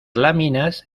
láminas